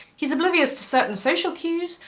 he's oblivious to certain social cues,